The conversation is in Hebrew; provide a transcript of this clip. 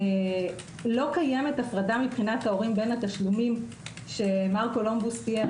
לא קיימת הפרדה מבחינת ההורים בין התשלומים שמר קולומבוס תיאר.